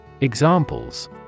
Examples